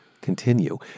continue